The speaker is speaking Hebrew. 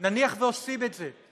נניח שעושים את זה,